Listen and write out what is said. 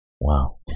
Wow